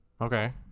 Okay